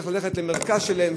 צריך ללכת למרכז שלהם,